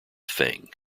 thing